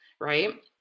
right